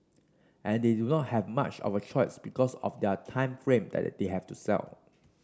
and they do not have much of a choice because of their time frame that they have to sell